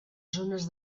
zones